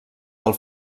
del